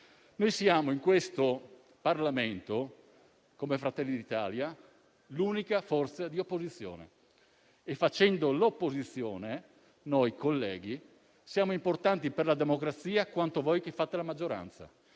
d'Italia, in questo Parlamento, siamo l'unica forza di opposizione: facendo l'opposizione, colleghi, siamo importanti per la democrazia quanto voi che fate la maggioranza.